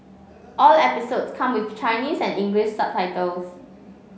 all episodes come with Chinese and English subtitles